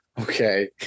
Okay